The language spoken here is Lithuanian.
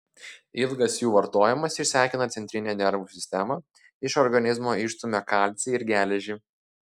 ilgas jų vartojimas išsekina centrinę nervų sistemą iš organizmo išstumia kalcį ir geležį